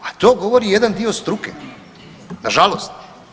A to govori jedan dio struke, nažalost.